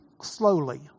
slowly